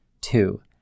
two